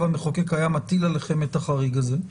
המחוקק היה מטיל עליכם את החריג הזה.